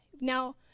now